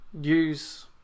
use